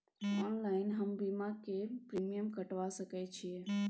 Online हम बीमा के प्रीमियम कटवा सके छिए?